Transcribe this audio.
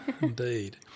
Indeed